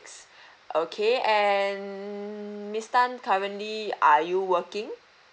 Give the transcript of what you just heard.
okay and miss tan currently are you working